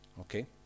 Okay